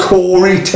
Corey